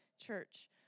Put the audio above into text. church